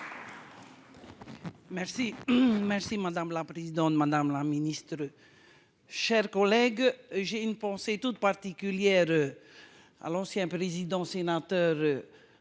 merci madame la présidente, madame la ministre. Chers collègues, j'ai une pensée toute particulière. À l'ancien président sénateur.